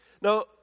Now